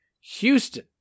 Houston